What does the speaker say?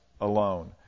alone